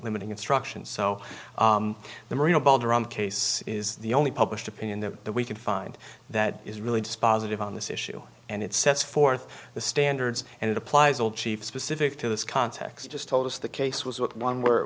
limiting instruction so the marina balderrama case is the only published opinion that we can find that is really dispositive on this issue and it sets forth the standards and it applies old chief specific to this context just told us the case was one where it